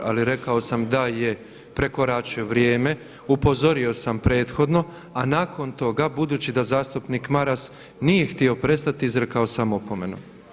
Ali rekao sam da je prekoračio vrijeme, upozorio sam prethodno, a nakon toga budući da zastupnik Maras nije htio prestati, izrekao sam opomenu.